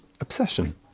obsession